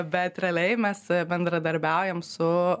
bet realiai mes bendradarbiaujam su